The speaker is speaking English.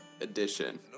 edition